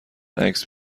عکس